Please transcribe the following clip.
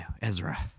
Ezra